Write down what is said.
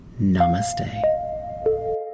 Namaste